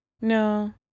No